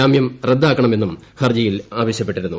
ജാമ്യം റദ്ദാക്കണമെന്നും ഹർജിയിൽ ആവശ്യപ്പെട്ടിരുന്നു